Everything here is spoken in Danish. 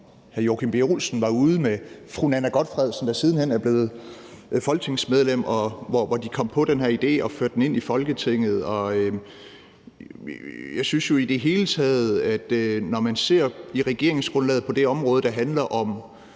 hr. Joachim B. Olsen var ude med fru Nanna W. Gotfredsen, der siden hen blev folketingsmedlem, og hvor de kom på den her idé og førte den ind i Folketinget. Jeg synes jo i det hele taget, når man ser på regeringsgrundlaget og det, der handler om